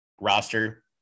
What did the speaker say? roster